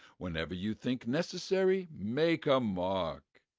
wherever you think necessary, make a mark.